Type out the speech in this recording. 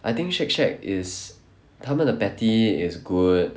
I think Shake Shack is 他们的 patty is good